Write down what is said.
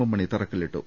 M Mani തറക്കല്ലിട്ടു